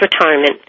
retirement